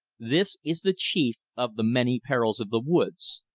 this is the chief of the many perils of the woods.